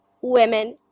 women